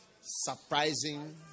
Surprising